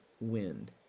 wind